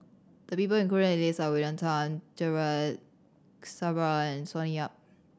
the people included in list are William Tan and Sonny Yap